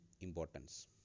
importance